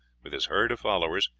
with his herd of followers,